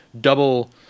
double